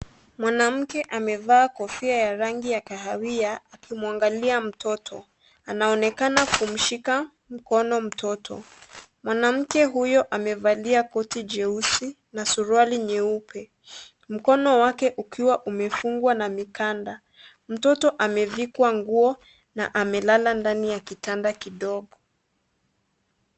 Mwanamke amevaa kofia ya rangi ya kahawia akimwangalia mtoto. Anaonekana kumshika mkono mtoto. Mwanamke huyo amevalia koti jeusi na suruali nyeupe mkono wake ukiwa umefungwa na mikanda. Mtoto amevikwa nguo na amelala ndani ya kitanda kidogo.